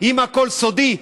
אם הכול סודי,